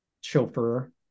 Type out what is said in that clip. chauffeur